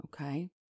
Okay